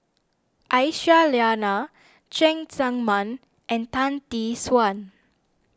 Aisyah Lyana Cheng Tsang Man and Tan Tee Suan